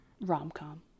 rom-com